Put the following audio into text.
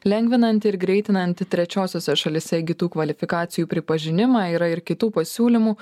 lengvinantį ir greitinantį trečiosiose šalyse įgytų kvalifikacijų pripažinimą yra ir kitų pasiūlymų